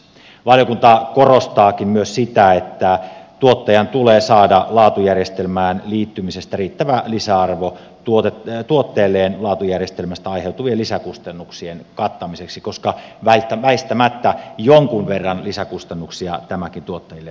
valiokunta korostaakin myös sitä että tuottajan tulee saada laatujärjestelmään liittymisestä riittävä lisäarvo tuotteelleen laatujärjestelmästä aiheutuvien lisäkustannuksien kattamiseksi koska väistämättä jonkun verran lisäkustannuksia tämäkin tuottajille aiheuttaa